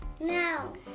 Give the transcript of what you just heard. No